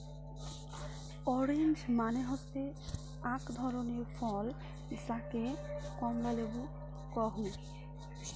orange মানে হসে আক ধরণের ফল যাকে কমলা লেবু কহু